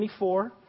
24